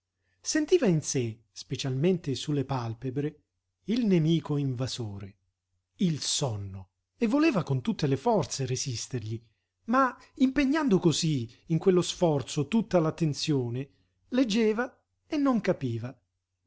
sentiva in sé specialmente su le pàlpebre il nemico invasore il sonno e voleva con tutte le forze resistergli ma impegnando cosí in quello sforzo tutta l'attenzione leggeva e non capiva